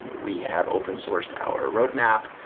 and we have open sourced our roadmap,